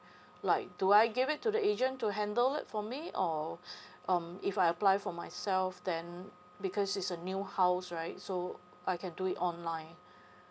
like do I give it to the agent to handle it for me or um if I apply for myself then because it's a new house right so I can do it online